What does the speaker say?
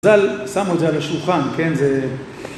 (ח)ז"ל שמו את זה על השולחן, כן?